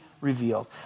revealed